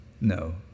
no